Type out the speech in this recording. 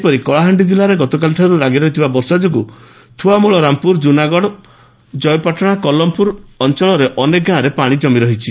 ସେହିପରି କଳାହାଣ୍ଡି ଜିଲ୍ଲାରେ ଗତକାଲିଠାରୁ ଲାଗି ରହିଥିବା ବର୍ଷା ଯୋଗୁଁ ଥୁଆମୂଳ ରାମପୁର ଜୁନାଗଡ଼ ଜୟପାଟଶା ଓ କଲମପୁରର ଅନେକ ଗାଁ ପାଶିଘେରରେ ରହିଛି